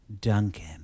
Duncan